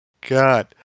god